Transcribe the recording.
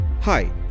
Hi